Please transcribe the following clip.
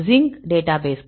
sink டேட்டாபேஸ்கள்